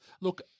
Look